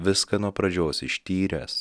viską nuo pradžios ištyręs